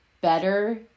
better